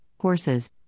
horses